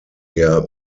der